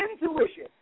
intuition